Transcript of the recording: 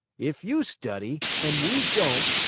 if you study and we don't,